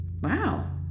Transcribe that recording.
Wow